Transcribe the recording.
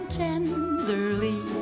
tenderly